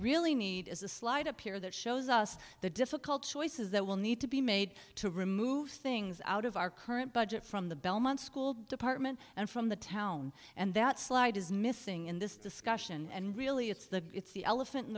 really need is a slide appear that shows us the difficult choices that will need to be made to remove things out of our current budget from the belmont school department and from the town and that slide is missing in this discussion and really it's the it's the elephant in